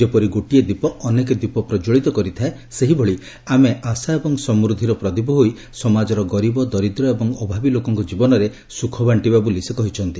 ଯେପରି ଗୋଟିଏ ଦୀପ ଅନେକ ଦୀପ ପ୍ରଜ୍ୱଳିତ କରିଥାଏ ସେହିଭଳି ଆମେ ଆଶା ଏବଂ ସମୃଦ୍ଧିର ପ୍ରଦୀପ ହୋଇ ସମାଜର ଗରିବ ଦରିଦ୍ର ଏବଂ ଅଭାବୀ ଲୋକଙ୍କ ଜୀବନରେ ସୁଖ ବାଶ୍ଚିବା ବୋଲି ସେ କହିଛନ୍ତି